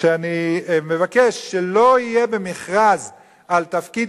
שאני מבקש שלא יהיה במכרז על תפקיד